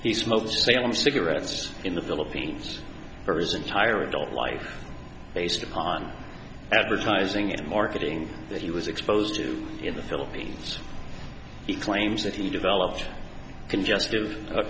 he smoked salem cigarettes in the philippines for his entire adult life based upon advertising and marketing that he was exposed to in the philippines he claims that he developed can just give